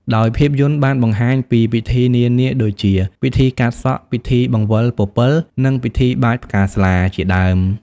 ដោយភាពយន្តបានបង្ហាញពីពិធីនានាដូចជា ពិធីកាត់សក់ ពិធីបង្វិលពពិល និងពិធីបាចផ្កាស្លា ជាដើម។